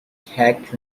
tech